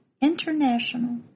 International